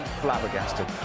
flabbergasted